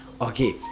okay